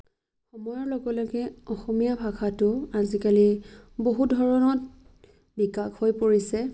সময়ৰ লগে লগে অসমীয়া ভাষাটো আজিকালি বহু ধৰণত বিকাশ হৈ পৰিছে